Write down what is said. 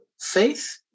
faith